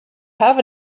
have